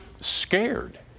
scared